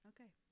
okay